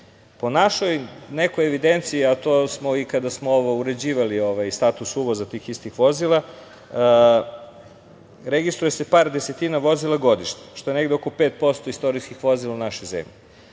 našoj nekoj evidenciji, a to smo i kada smo ovo uređivali, status uvoza tih istih vozila, registruje se par desetina vozila godišnje, što je negde oko 5% istorijskih vozila u našoj zemlji. Na